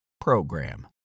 PROGRAM